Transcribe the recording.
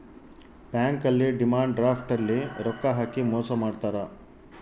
bank ಅಲ್ಲಿ demand draft ಅಲ್ಲಿ ರೊಕ್ಕ ಹಾಕಿ ಮೋಸ ಮಾಡ್ತಾರ